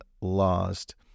lost